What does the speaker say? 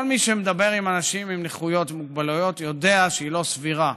כל מי שמדבר עם אנשים עם נכויות ומוגבלויות יודע שהיא לא סבירה,